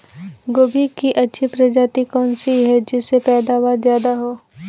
गोभी की अच्छी प्रजाति कौन सी है जिससे पैदावार ज्यादा हो?